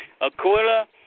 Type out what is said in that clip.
Aquila